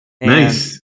Nice